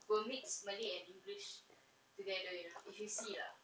will mix malay and english together you know if you see lah